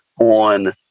on